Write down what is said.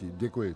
Děkuji.